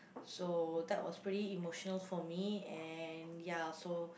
so that was pretty emotional for me and ya so